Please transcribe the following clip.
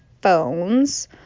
phones